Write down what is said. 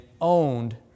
owned